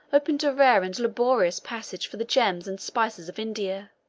opened a rare and laborious passage for the gems and spices of india